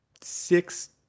six